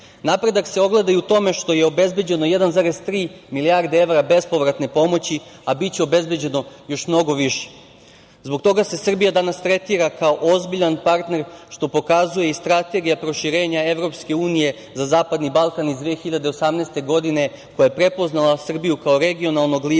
se ogleda i u tome što je obezbeđno 1,3 milijarde evra bespovratne pomoći, a biće obezbeđeno još mnogo više. Zbog toga se Srbija danas tretira kao ozbiljan partner, što pokazuje i strategija proširenja EU za Zapadni Balkan iz 2018. godine, koja je prepoznala Srbiju kao regionalnog lidera